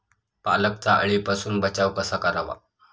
पालकचा अळीपासून बचाव कसा करावा?